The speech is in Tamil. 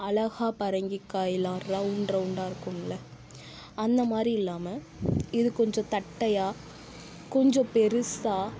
அழகாக பரங்கிக்காய் எல்லாம் ரவுண்ட் ரவுண்டாயிருக்கும்ல அந்த மாதிரி இல்லாமல் இது கொஞ்சம் தட்டையாக கொஞ்சம் பெருசாக